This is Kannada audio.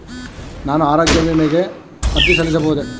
ನಾನು ಆರೋಗ್ಯ ವಿಮೆಗೆ ಅರ್ಜಿ ಸಲ್ಲಿಸಬಹುದೇ?